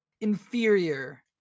Inferior